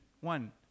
one